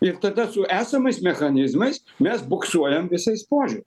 ir tada su esamais mechanizmais mes buksuojam visais požiū